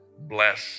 Bless